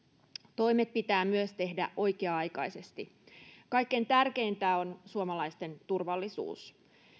toimet pitää myös tehdä oikea aikaisesti kaikkein tärkeintä on suomalaisten turvallisuus